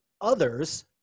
others